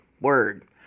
word